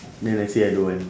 then I say I don't want